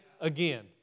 again